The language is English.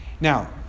Now